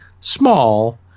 small